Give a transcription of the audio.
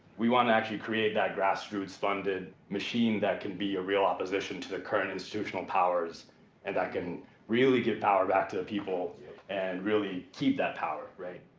we want to actually create that grassroots-funded machine that can be your real opposition to the current institutional powers and that can really give power back to the people and really keep that power. right?